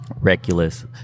reckless